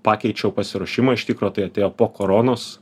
pakeičiau pasiruošimą iš tikro tai atėjo po koronos